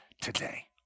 today